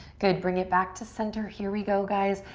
good, bring it back to center. here we go, guys.